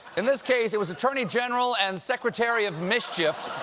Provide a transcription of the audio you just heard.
in this case, it was attorney general and secretary of mischief,